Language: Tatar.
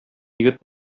егет